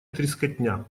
трескотня